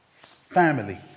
Family